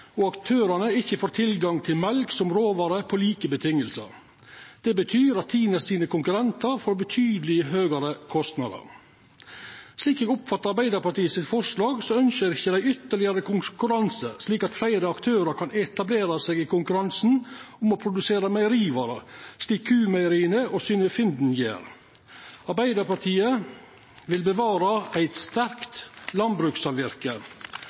at aktørane ikkje får tilgang til mjølk som råvare på like vilkår. Det betyr at Tine sine konkurrentar får betydeleg høgare kostnader. Slik eg oppfattar Arbeidarpartiet sitt forslag, ønskjer dei ikkje ytterlegare konkurranse, slik at fleire aktørar kan etablera seg i konkurransen om å produsera meierivarer, slik Q-meieria og Synnøve Finden gjer. Arbeidarpartiet vil bevara eit